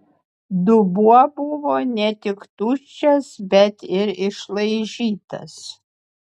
dubuo buvo ne tik tuščias bet ir išlaižytas